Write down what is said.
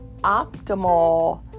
optimal